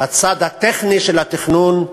הצד הטכני של התכנון,